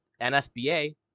NSBA